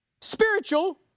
spiritual